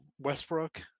Westbrook